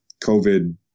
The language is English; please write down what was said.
COVID